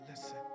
Listen